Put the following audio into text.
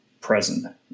present